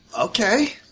Okay